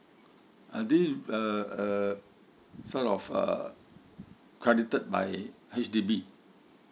are they uh uh sort of uh credited by H_D_B